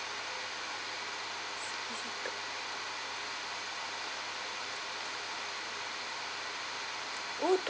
oh